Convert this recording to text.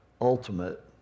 ultimate